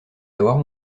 avoir